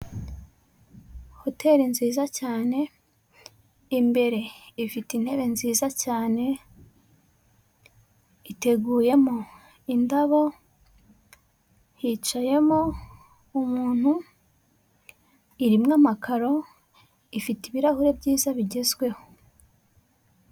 Hoteri nziza cyane, imbere ifite intebe nziza cyane, iteguyemo indabo, hicayemo umuntu, iririmo amakaro, ifite ibirahure byiza bigezweho.